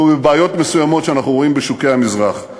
ובבעיות מסוימות שאנחנו רואים בשוקי המזרח.